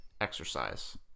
exercise